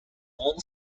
all